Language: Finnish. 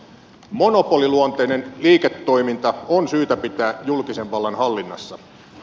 monopoliluonteinen liiketoiminta on syytä pitää julkisen vallan hallinnassa